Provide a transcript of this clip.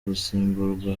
gusimburwa